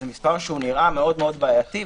זה מספר שנראה מאוד מאוד בעייתי.